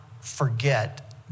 forget